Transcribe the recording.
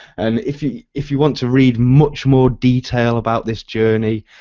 and if you if you want to read much more detail about this journey,